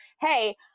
Hey